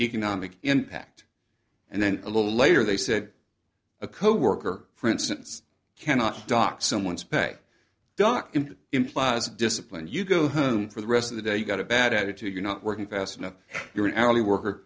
economic impact and then a little later they said a coworker for instance cannot dock someone's pay dock and implies discipline you go home for the rest of the day you got a bad attitude you're not working fast enough you're an hourly worker